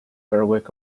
berwick